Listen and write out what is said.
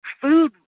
food